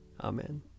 Amen